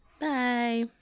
Bye